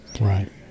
Right